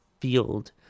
field